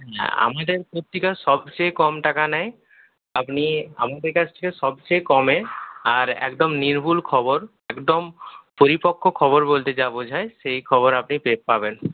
না আমাদের পত্রিকা সবচেয়ে কম টাকা নেয় আপনি আমাদের কাছ থেকে সবচেয়ে কমে আর একদম নির্ভুল খবর একদম পরিপক্ক খবর বলতে যা বোঝায় সেই খবর আপনি পাবেন